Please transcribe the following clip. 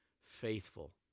faithful